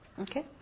Okay